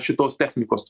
šitos technikos